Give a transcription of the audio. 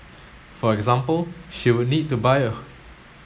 for example she would need to buy